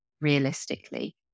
realistically